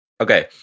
Okay